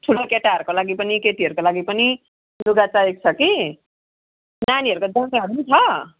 ठुलो केटाहरूको लागि पनि केटीहरूको लागि पनि लुगा चाहिएको छ कि नानीहरूको जामाहरू पनि छ